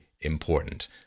important